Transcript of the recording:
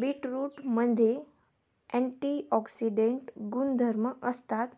बीटरूटमध्ये अँटिऑक्सिडेंट गुणधर्म असतात,